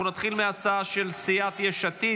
אנחנו נתחיל מההצעה של סיעת יש עתיד.